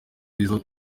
arizo